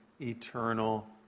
eternal